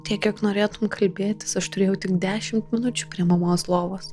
tiek kiek norėtum kalbėtis aš turėjau tik dešimt minučių prie mamos lovos